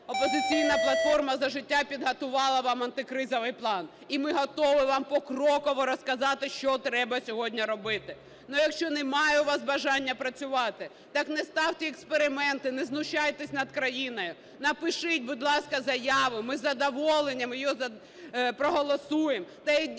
"Опозиційна платформа – за життя" підготувала вам антикризовий план, і ми готові вам покроково розказати, що треба сьогодні робити. Ну, якщо немає у вас бажання працювати, так не ставте експерименти, не знущайтесь над країною, напишіть, будь ласка, заяву, ми із задоволенням її проголосуємо,